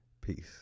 Peace